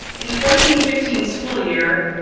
in the fourteen fifteen school year,